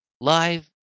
Live